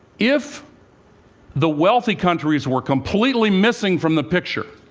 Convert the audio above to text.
if the wealthy countries were completely missing from the picture,